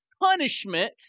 punishment